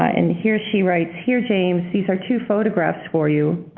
ah and here she writes, here, james, these are two photographs for you.